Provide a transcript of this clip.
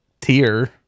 tier